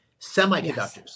Semiconductors